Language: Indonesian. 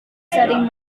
sering